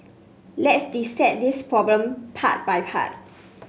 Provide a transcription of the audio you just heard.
let's dissect this problem part by part